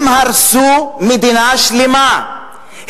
הם הרסו מדינה שלמה.